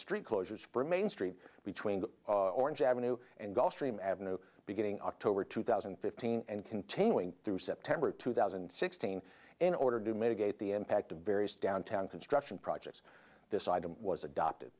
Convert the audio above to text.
street closures for main street between the orange avenue and gulf stream avenue beginning october two thousand and fifteen and continuing through september two thousand and sixteen in order to mitigate the impact of various downtown construction projects this item was adopted